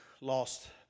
lost